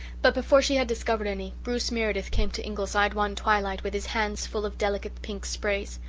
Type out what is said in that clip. but before she had discovered any, bruce meredith came to ingleside one twilight with his hands full of delicate pink sprays.